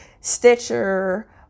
Stitcher